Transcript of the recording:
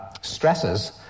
stresses